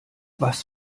was